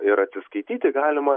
ir atsiskaityti galima